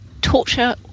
torture